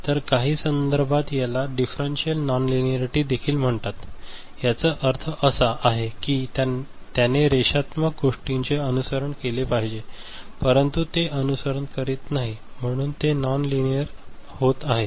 तर काही संदर्भात याला डिफरंशियाल लिनीआरिटी देखील म्हणतात याचा अर्थ असा आहे की त्याने रेषात्मक गोष्टीचे अनुसरण केले पाहिजे परंतु ते अनुसरण करीत नाही म्हणून ते नॉन लिनीआर होत आहे